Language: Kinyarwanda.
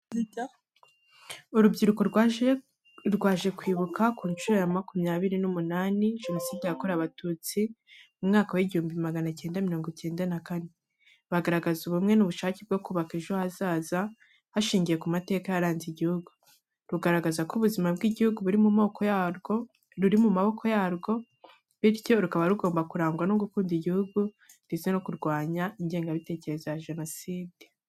Urubyiruko rwaje kwibuka ku nshuro ya makumyabiri n'umunani Jenoside yakorewe Abatutsi mu mwaka w'igihumbi magana cyenda mirongo icyenda na kane. Bagaragaza ubumwe n’ubushake bwo kubaka ejo hazaza hashingiye ku mateka yaranze igihugu. Rugaragaza ko ubuzima bw’igihugu buri mu maboko yarwo, bityo rukaba rugomba kurangwa no gukunda igihugu ndetse no kurwanya ingengabitekerezo ya Jenoside.